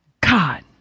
God